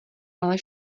ale